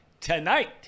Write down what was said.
tonight